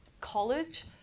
college